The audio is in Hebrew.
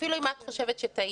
אפילו אם את חושבת שטעינו,